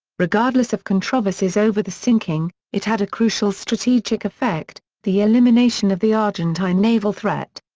regardless of controversies over the sinking, it had a crucial strategic effect the elimination of the argentine naval threat.